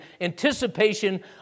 anticipation